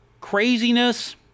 craziness